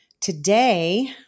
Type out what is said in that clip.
today